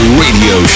radio